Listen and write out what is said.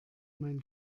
mein